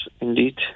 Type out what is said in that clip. indeed